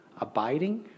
Abiding